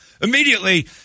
immediately